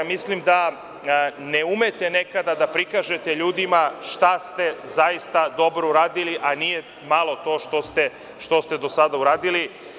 Mislim da ne umete nekada da prikažete ljudima šta ste zaista dobro uradili, a nije malo to što ste do sada uradili.